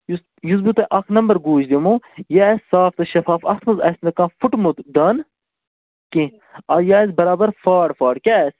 یُس یُس بہٕ تۄہہِ اَکھ نَمبَر گوٗج دِمو یہِ آسہِ صاف تہٕ شَفاف اَتھ منٛز آسہِ نہٕ کانٛہہ فُٹمُت دانہٕ کینٛہہ آ یہِ آسہِ بَرابَر فاڈ فاڈ کیٛاہ آسہِ